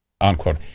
Unquote